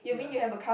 ya